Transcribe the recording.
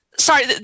Sorry